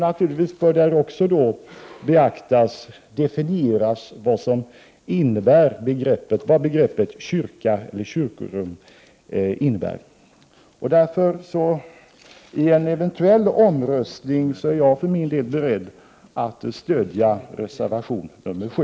Naturligtvis bör där också definieras vad begreppet kyrka eller kyrkorum innebär. I en eventuell omröstning är jag för min del beredd att stödja reservation 7.